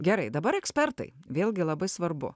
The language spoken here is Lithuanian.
gerai dabar ekspertai vėlgi labai svarbu